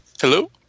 Hello